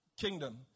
kingdom